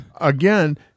again